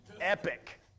epic